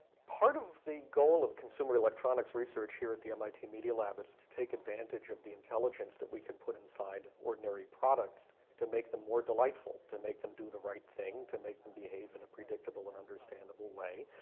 part of the goal of consumer electronics research here at the mit media lab is to take advantage of the intelligence that we could put inside ordinary products to make them more delightful, to make them do the right thing, to make them behave in a predictable and understandable way.